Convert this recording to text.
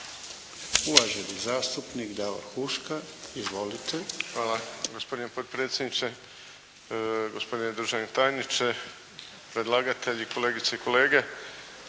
Uvaženi zastupnik Davor Huška. Izvolite. **Huška, Davor (HDZ)** Hvala gospodine potpredsjedniče, gospodine državni tajniče, predlagatelji, kolegice i kolege.